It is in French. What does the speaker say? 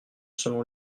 selon